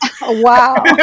Wow